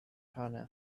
honor